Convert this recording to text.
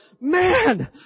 man